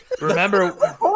remember